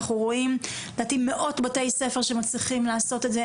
אנחנו רואים מאות בתי ספר שמצליחים לעשות את זה.